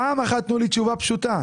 פעם אחת תנו לי תשובה פשוטה.